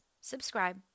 subscribe